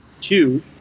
two